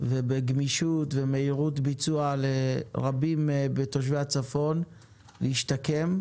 ובגמישות ומהירות ביצוע לרבים מתושבי הצפון להשתקם.